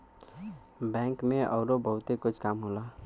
bank में अउरो बहुते कुछ काम होला